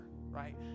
right